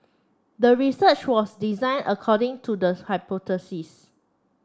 the research was designed according to the hypothesis